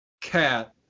cat